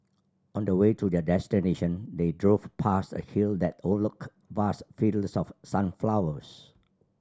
on the way to their destination they drove past a hill that overlooked vast fields of sunflowers